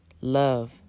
love